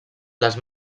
les